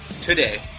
today